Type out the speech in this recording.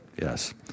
Yes